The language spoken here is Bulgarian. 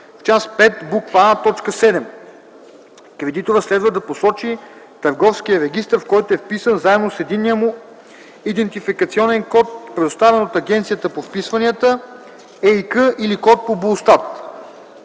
В част V, буква „а”, т. 7 кредиторът следва да посочи търговския регистър, в който е вписан, заедно с единния му идентификационен код, предоставен от Агенцията по вписванията (ЕИК), или код по БУЛСТАТ.